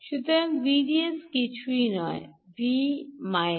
সুতরাং Vds কিছুই নয় V